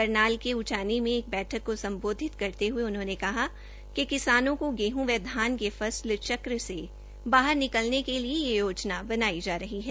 करनाल के उचानी में एक बैठक को संबोधित करते हए उन्होंने कहा कि किसानों को गेहूं व धान के फसल चक से बाहर निकालने के लिए यह योजना बनाई जा रही है